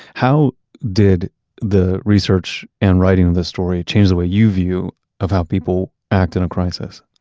how did the research and writing of this story change the way you view of how people act in a crisis?